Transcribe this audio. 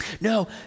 No